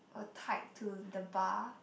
were tied to the bar